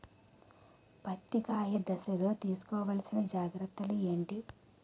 పత్తి కాయ దశ లొ తీసుకోవల్సిన జాగ్రత్తలు ఏంటి?